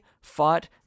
fought